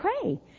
pray